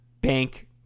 bank